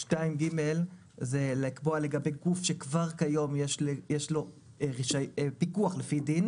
2/ג' זה לקבוע חגבי גוף שכבר כיום יש לו פיקוח לפי דין